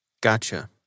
Gotcha